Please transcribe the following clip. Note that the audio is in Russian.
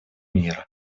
мира